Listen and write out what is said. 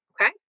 Okay